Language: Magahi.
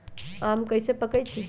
आम कईसे पकईछी?